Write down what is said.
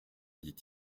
dit